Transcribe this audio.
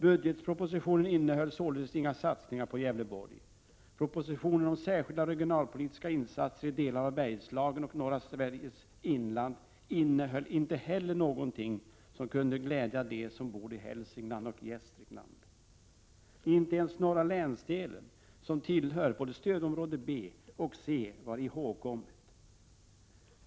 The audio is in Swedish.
Budgetpropositionen innehöll således inga satsningar på Gävleborg. Propositionen om Särskilda regionalpolitiska insatser i delar av Bergslagen och norra Sveriges inland innehöll inte heller någonting som kunde glädja dem som bor i Hälsingland och Gästrikland. Inte ens norra länsdelen, som tillhör både stödområdena B och C, var ihågkommen.